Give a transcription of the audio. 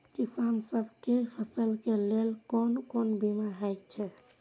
किसान सब के फसल के लेल कोन कोन बीमा हे छे?